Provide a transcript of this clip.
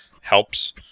helps